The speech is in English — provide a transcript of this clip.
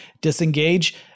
disengage